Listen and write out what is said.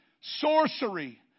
sorcery